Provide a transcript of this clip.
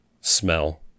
smell